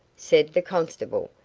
said the constable,